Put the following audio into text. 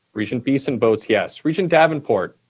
regent beeson votes yes. regent davenport?